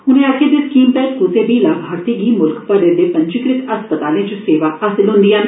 उने गलाया जे स्कीम तैह्त कुसै बी लाभार्थी गी मुल्ख भरे दे पंजीकृत अस्पतालें च सेवा हासल होंदियां न